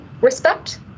respect